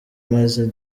meza